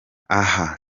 aha